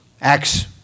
Acts